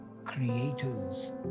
creators